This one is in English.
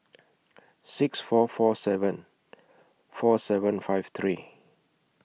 six four four seven four seven five three